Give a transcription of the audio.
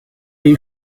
use